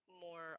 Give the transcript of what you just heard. more